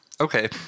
Okay